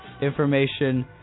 information